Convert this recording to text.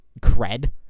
cred